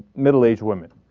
middle-aged women